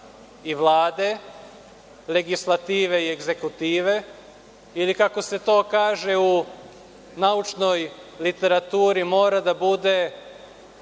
i Vlade, legislative i egzekutive ili kako se to kaže u naučnoj literaturi, mora da bude